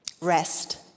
Rest